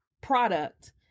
product